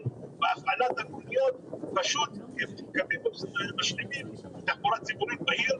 והפעלת המוניות כמשלימים תחבורה ציבורית בעיר.